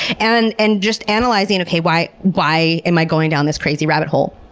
and and just analyzing, okay, why why am i going down this crazy rabbit hole?